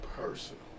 personal